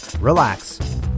relax